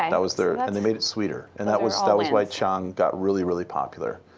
and was their and they made it sweeter and that was that was why chang got really, really popular.